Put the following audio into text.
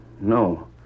No